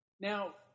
Now